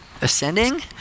ascending